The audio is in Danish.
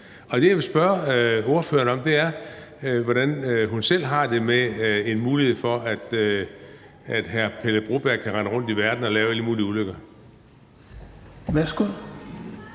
Og det, jeg vil spørge ordføreren om, er, hvordan hun selv har det med, at der er mulighed for, at hr. Pele Broberg kan rende rundt i verden og lave alle mulige ulykker.